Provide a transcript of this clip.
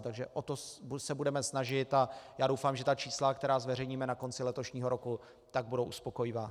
Takže o to se budeme snažit a já doufám, že ta čísla, která zveřejníme na konci letošního roku, budou uspokojivá.